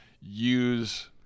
use